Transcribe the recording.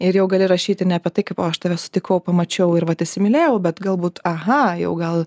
ir jau gali rašyti ne apie tai kaip o aš tave sutikau pamačiau ir vat įsimylėjau bet galbūt aha jau gal